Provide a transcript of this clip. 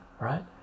right